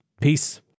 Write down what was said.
Peace